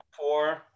four